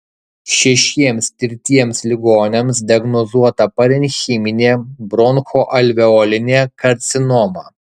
šešiems tirtiems ligoniams diagnozuota parenchiminė bronchoalveolinė karcinoma